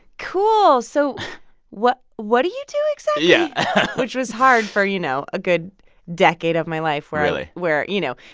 cool, so what what do you do exactly? yeah which was hard for, you know, a good decade of my life where. really. you know,